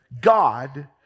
God